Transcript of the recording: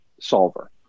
solver